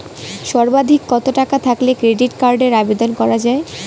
সর্বাধিক কত টাকা থাকলে ক্রেডিট কার্ডের আবেদন করা য়ায়?